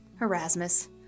Erasmus